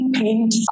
paint